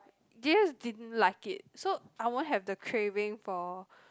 just didn't like it so I won't have the craving for